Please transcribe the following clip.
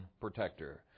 protector